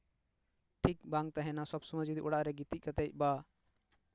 ᱴᱷᱤᱠ ᱵᱟᱝ ᱛᱟᱦᱮᱱᱟ ᱥᱚᱵᱽ ᱥᱚᱢᱚᱭ ᱡᱩᱫᱤ ᱚᱲᱟᱜ ᱨᱮ ᱜᱤᱛᱤᱡ ᱠᱟᱛᱮᱜ ᱵᱟ